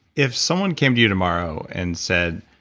if someone came to you tomorrow and said,